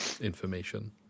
information